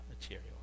material